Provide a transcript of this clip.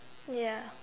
ya